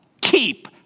keep